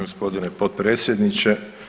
Gospodine potpredsjedniče.